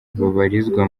babarizwa